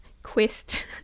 Quest